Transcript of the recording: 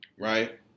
Right